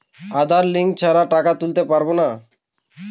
আধার link ছাড়া টাকা তুলতে পারব না?